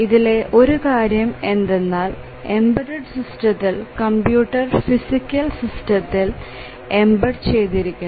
ഇതിലെ ഒരു കാര്യം എന്തെന്നാൽ എംബഡഡ് സിസ്റ്റത്തിൽ കമ്പ്യൂട്ടർ ഫിസിക്കൽ സിസ്റ്റത്തിൽ എംബഡ് ചെയ്തിരിക്കുന്നു